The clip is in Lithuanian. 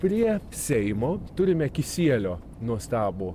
prie seimo turime kisielio nuostabų